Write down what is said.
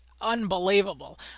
unbelievable